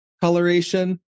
coloration